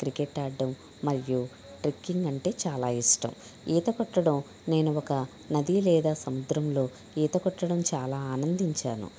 cricket ఆడడం మరియు trekking అంటే చాలా ఇష్టం ఈత కొట్టడం చాలా ఆనందించాను